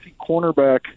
cornerback